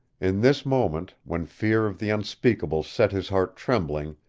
in this moment, when fear of the unspeakable set his heart trembling,